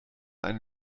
ein